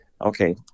okay